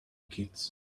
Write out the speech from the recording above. kids